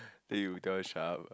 then you tell her shut up lah